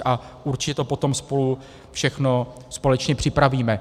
A určitě to potom spolu všechno společně připravíme.